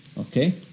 Okay